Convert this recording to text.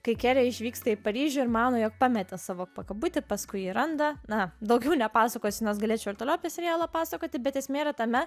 kai kere išvyksta į paryžių ir mano jog pametė savo pakabutį paskui randa na daugiau nepasakosiu nes galėčiau ir toliau apie serialą pasakoti bet esmė tame